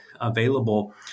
available